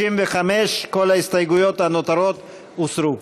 בעמוד 65, כל ההסתייגויות הנותרות, הוסרו.